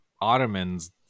Ottomans